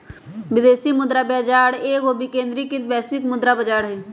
विदेशी मुद्रा बाजार एगो विकेंद्रीकृत वैश्विक मुद्रा बजार हइ